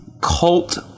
cult